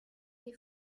les